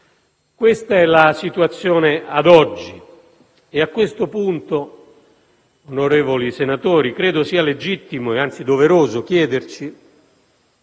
Questa è la situazione ad oggi. A questo punto, onorevoli senatori, credo sia legittimo e, anzi, doveroso chiedersi